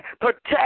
protect